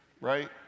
right